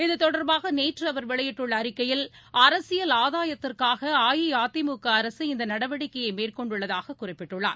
இதுதொடர்பாகநேற்றுஅவர் வெளியிட்டுள்ள அறிக்கையில் அரசியல் ஆதாயத்திற்காகஅஇஅதிமுகஅரசு இந்தநடவடிக்கையைமேற்கொண்டுள்ளதாககுறிப்பிட்டுள்ளார்